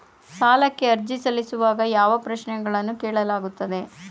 ಸಾಲಕ್ಕೆ ಅರ್ಜಿ ಸಲ್ಲಿಸುವಾಗ ಯಾವ ಪ್ರಶ್ನೆಗಳನ್ನು ಕೇಳಲಾಗುತ್ತದೆ?